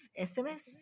SMS